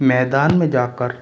मैदान में जाकर